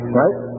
right